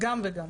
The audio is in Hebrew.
גם וגם.